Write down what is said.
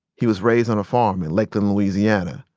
he was raised on a farm in lakeland, louisiana.